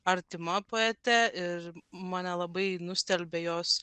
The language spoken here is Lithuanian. artima poetė ir mane labai nustelbė jos